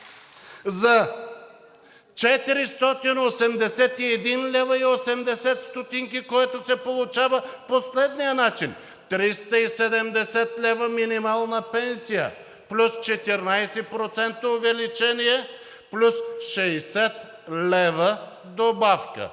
за 481,80 лв., което се получава по следния начин: 370 лв. минимална пенсия плюс 14% увеличение, плюс 60 лв. добавка,